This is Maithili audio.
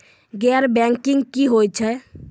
गैर बैंकिंग की होय छै?